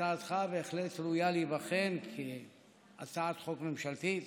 הצעתך בהחלט ראויה להיבחן כהצעת חוק ממשלתית